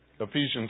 Ephesians